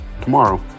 tomorrow